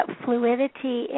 fluidity